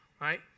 right